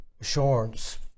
assurance